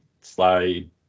slide